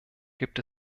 gibt